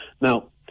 Now